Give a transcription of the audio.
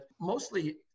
mostly